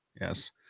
Yes